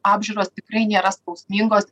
apžiūros tikrai nėra skausmingos